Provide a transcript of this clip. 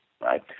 right